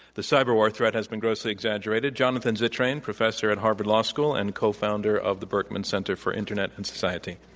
the cyber war threat has been grossly exaggerated, jonathan zittrain, professor at harvard law school and cofounder of the berkman center for internet and society.